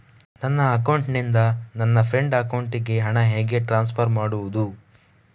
ನನ್ನ ಅಕೌಂಟಿನಿಂದ ನನ್ನ ಫ್ರೆಂಡ್ ಅಕೌಂಟಿಗೆ ಹಣ ಹೇಗೆ ಟ್ರಾನ್ಸ್ಫರ್ ಮಾಡುವುದು?